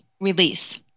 release